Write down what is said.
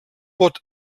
pot